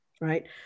right